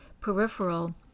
peripheral